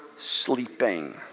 sleeping